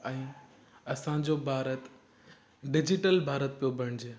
ऐं असांजो भारत डिजीटल भारत पियो बणिजे